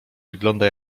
wygląda